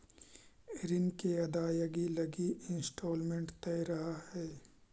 ऋण के अदायगी लगी इंस्टॉलमेंट तय रहऽ हई